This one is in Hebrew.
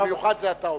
במיוחד, זה אתה אומר.